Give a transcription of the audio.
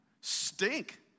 stink